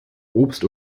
obst